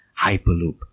Hyperloop